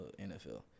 NFL